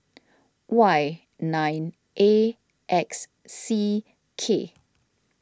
Y nine A X C K